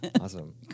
Awesome